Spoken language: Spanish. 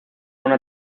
una